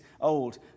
old